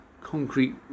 concrete